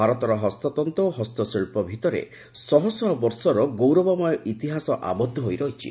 ଭାରତର ହସ୍ତତନ୍ତ ଓ ହସ୍ତଶିଳ୍ପ ଭିତରେ ଶହ ଶହ ବର୍ଷର ଗୌରବମୟ ଇତିହାସ ଆବଦ୍ଧ ହୋଇ ରହିଛି